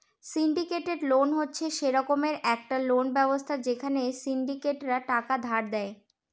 syndicated loan হচ্ছে সে রকমের একটা লোন ব্যবস্থা যেখানে সিন্ডিকেটরা টাকা ধার দেয়